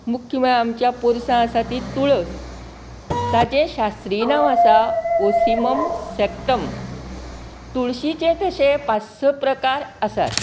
मुख्य म्हळ्यार आमच्या पोरसां आसा ती तुळस ताचें शास्त्रीय नांव आसा ओसीमम सेक्टम तुळशींचें तशें पांच स प्रकार आसात